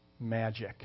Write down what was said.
magic